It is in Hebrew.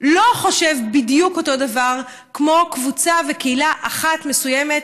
שלא חושב בדיוק אותו דבר כמו קבוצה וקהילה אחת מסוימת,